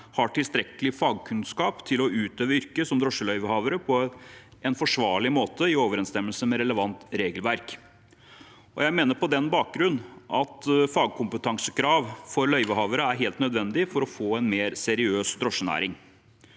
har tilstrekkelig fagkunnskap til å utøve yrket som drosjeløyvehaver på en forsvarlig måte, i overensstemmelse med relevant regelverk. Jeg mener på den bakgrunn at fagkompetansekrav for løyvehavere er helt nødvendig for å få en mer seriøs drosjenæring.